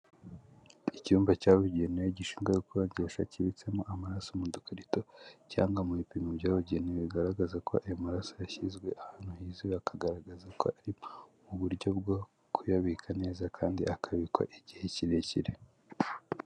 Icyumba cyabugenewe gishinzwe gukonjesha kibitsemo amaraso mu dukarito cyangwa mu bipimo byabugenewe bigaragaza ko ayo maraso yashyizwe ahantu hizewe, akagaragaza ko ari uburyo bwo kuyabika neza kandi akabikwa igihe kirekire.